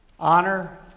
honor